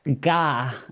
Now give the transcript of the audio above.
Gah